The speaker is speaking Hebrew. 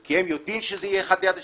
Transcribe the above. כי הם יודעים שזה יהיה אחד ליד השני,